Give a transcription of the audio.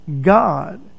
God